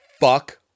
fuck